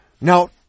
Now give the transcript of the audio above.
Now